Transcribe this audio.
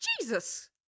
Jesus